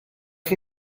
chi